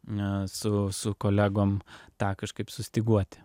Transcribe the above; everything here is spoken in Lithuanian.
su su kolegom tą kažkaip sustyguoti